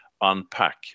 unpack